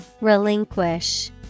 Relinquish